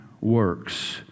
works